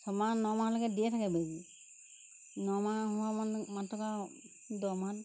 ছয়মাহ নমাহলৈকে দিয়ে থাকে বেজী নমাহ হোৱা মাত্ৰকে আৰু দহ মাহ